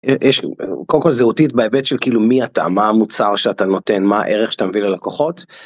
יש, קודם כל זהותית באמת של כאילו מי אתה? מה המוצר שאתה נותן? מה הערך שתביא ללקוחות.